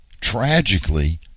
tragically